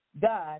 God